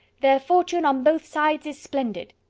their fortune on both sides is splendid.